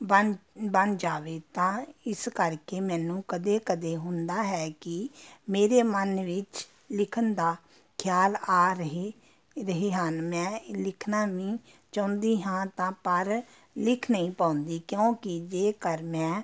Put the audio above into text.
ਬਣ ਬਣ ਜਾਵੇ ਤਾਂ ਇਸ ਕਰਕੇ ਮੈਨੂੰ ਕਦੇ ਕਦੇ ਹੁੰਦਾ ਹੈ ਕਿ ਮੇਰੇ ਮਨ ਵਿੱਚ ਲਿਖਣ ਦਾ ਖਿਆਲ ਆ ਰਹੇ ਰਹੇ ਹਨ ਮੈਂ ਲਿਖਣਾ ਵੀ ਚਾਹੁੰਦੀ ਹਾਂ ਤਾਂ ਪਰ ਲਿਖ ਨਹੀਂ ਪਾਉਂਦੀ ਕਿਉਂਕਿ ਜੇਕਰ ਮੈਂ